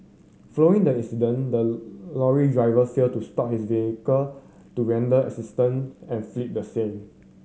following the accident the lorry driver failed to stop his vehicle to render assistance and fled the scene